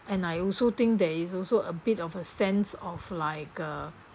and I also think there is also a bit of a sense of like a